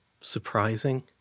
surprising